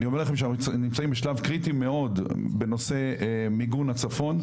אני אומר לכם שאנחנו נמצאים בשלב קריטי מאוד בנושא מיגון הצפון.